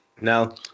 No